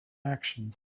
actions